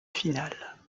finale